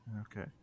Okay